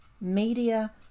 Media